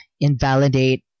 invalidate